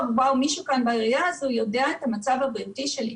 שמישהו כאן בעירייה יודע מה המצב הבריאותי שלי.